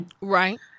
Right